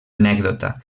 anècdota